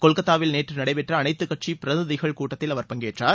கொல்கத்தாவில் நேற்று நடைபெற்ற அனைத்துக்கட்சி பிரதிநிதிகள் கூட்டத்தில் அவர் பங்கேற்றார்